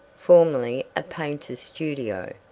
formerly a painter's studio,